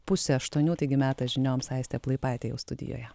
pusę aštuonių taigi metas žinioms aistė plaipaitė jau studijoje